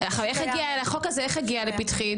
איך החוק הזה הגיע לפתחי?